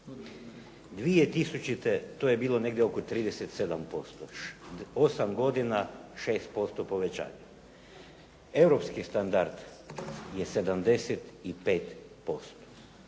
2000. to je bilo negdje 37%, osam godina 6% povećanje. Europski standard je 75%.